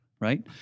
right